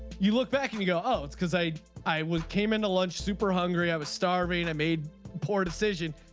you look back and you go oh it's because i i was came into lunch super hungry i was starving and i made poor decision.